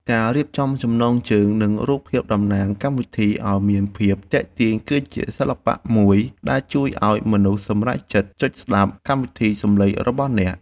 ការរៀបចំចំណងជើង និងរូបភាពតំណាងកម្មវិធីឱ្យមានភាពទាក់ទាញគឺជាសិល្បៈមួយដែលជួយឱ្យមនុស្សសម្រេចចិត្តចុចស្តាប់កម្មវិធីសំឡេងរបស់អ្នក។